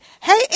hey